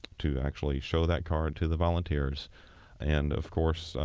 to actually show that card to the volunteers and, of course,